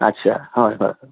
আচ্ছা হয় হয়